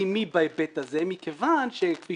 ותקדימי בהיבט הזה מכיוון שכפי